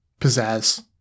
pizzazz